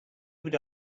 would